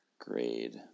grade